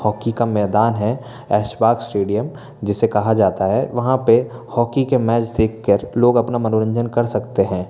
hockey का मैदान है ऐशबाग स्टेडियम जिसे कहा जाता है वहाँ पर हॉकी के मैच देख कर लोग अपना मनोरंजन कर सकते हैं